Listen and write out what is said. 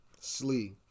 Slee